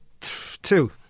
two